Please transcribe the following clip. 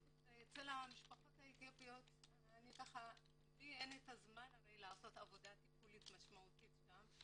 במשפחות האתיופיות לי אין הזמן לעשות עבודה טיפולית משמעותית שם.